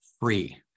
free